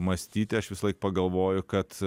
mąstyti aš visąlaik pagalvoju kad